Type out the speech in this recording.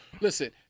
listen